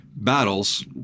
Battles